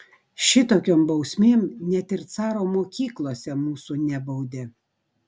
šitokiom bausmėm net ir caro mokyklose mūsų nebaudė